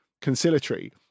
conciliatory